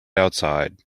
outside